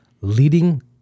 leading